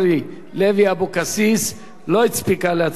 גם אני.